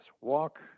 walk